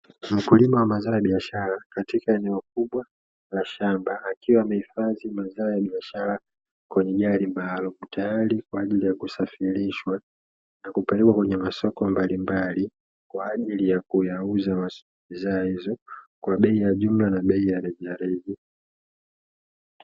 Mkulima wa mazao ya biashara katika eneo kubwa la shamba akiwa amehifadhi mazao ya biashara kwenye gari maalumu, tayari kwa ajili ya kusafirishwa na kupelekwa kwenye masoko mbalimbali, kwa ajili ya kuuza bidhaa hizo kwa bei ya jumla na bei ya rejareja.